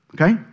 Okay